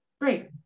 great